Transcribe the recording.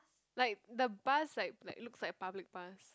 like the bus like like looks like a public bus